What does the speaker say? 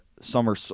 summer